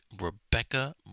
Rebecca